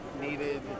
needed